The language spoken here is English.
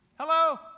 Hello